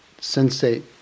sensate